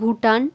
Bhutan